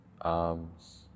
arms